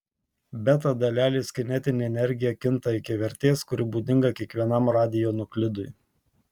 beta dalelės kinetinė energija kinta iki vertės kuri būdinga kiekvienam radionuklidui